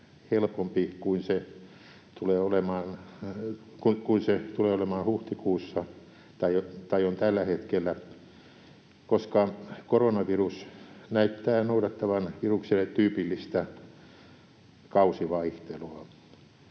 helpompi kuin se tulee olemaan huhtikuussa tai on tällä hetkellä, koska koronavirus näyttää noudattavan virukselle tyypillistä kausivaihtelua.